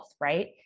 right